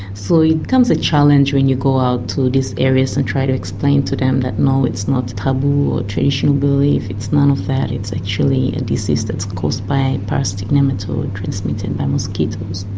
so it becomes a challenge when you go out to these areas and try to explain to them that no, it's not a taboo or traditional belief, it's none of that, it's actually a disease that's caused by a parasitic nematode transmitted by mosquitoes.